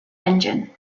engine